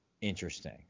interesting